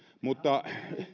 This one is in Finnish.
mutta